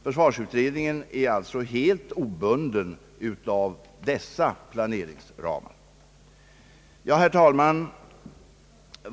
Försvarsutredningen är följaktligen helt obunden av dessa planeringsramar. Herr talman!